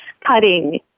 cutting